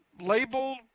labeled